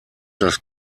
das